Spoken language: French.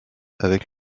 avec